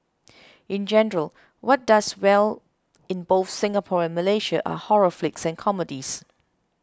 in general what does well in both Singapore and Malaysia are horror flicks and comedies